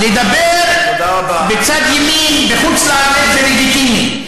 לדבר בצד ימין בחוץ-לארץ זה לגיטימי,